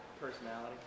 Personality